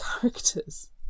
characters